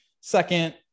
Second